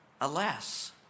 alas